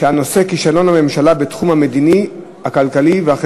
והנושא: כישלון הממשלה בתחום המדיני והכלכלי-חברתי.